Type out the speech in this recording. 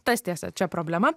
tas tiesa čia problema